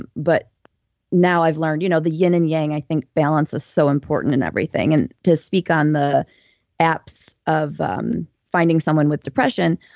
and but now i've learned you know the yin and yang, i think balance is so important in everything. and to speak on the apps of um finding someone with depression,